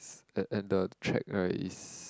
~st and and the track right is